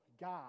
God